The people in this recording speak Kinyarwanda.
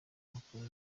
bakaba